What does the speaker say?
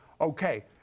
Okay